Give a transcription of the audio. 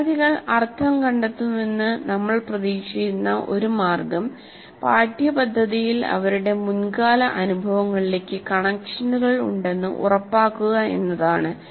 വിദ്യാർത്ഥികൾ അർത്ഥം കണ്ടെത്തുമെന്ന് നമ്മൾ പ്രതീക്ഷിക്കുന്ന ഒരു മാർഗ്ഗം പാഠ്യപദ്ധതിയിൽ അവരുടെ മുൻകാല അനുഭവങ്ങളിലേക്ക് കണക്ഷനുകൾ ഉണ്ടെന്ന് ഉറപ്പാക്കുക എന്നതാണ്